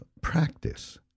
practice